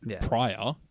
Prior